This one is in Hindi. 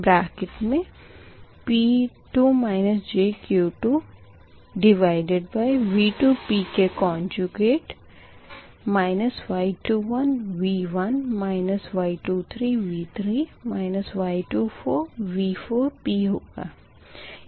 ब्रेक्केट मे V2p का कोंजूगेट Y21V1 Y23V3 Y24V4p होगा